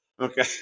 Okay